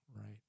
right